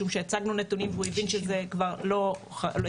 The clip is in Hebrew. משום שהצגנו נתונים והוא הבין שזה כבר לא חריגים,